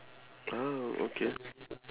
ah okay